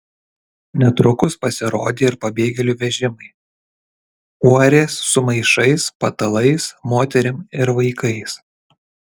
netrukus pasirodė ir pabėgėlių vežimai uorės su maišais patalais moterim ir vaikais